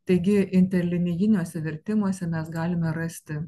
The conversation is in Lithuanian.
taigi interlinijiniuose vertimuose mes galime rasti